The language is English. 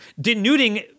denuding